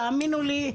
תאמינו לי,